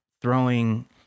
throwing